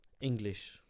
English